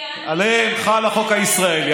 עליהם חל החוק הישראלי.